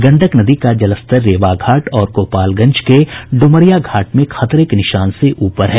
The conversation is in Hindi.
गंडक नदी का जलस्तर रेवा घाट और गोपालगंज के ड्मरिया घाट में खतरे के निशान से ऊपर है